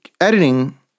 editing